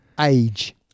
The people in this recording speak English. Age